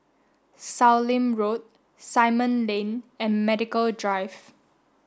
Sallim Road Simon Lane and Medical Drive